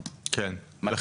מתי?